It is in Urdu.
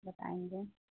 بتائیں گے